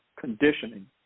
conditioning –